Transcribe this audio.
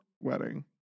wedding